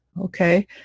Okay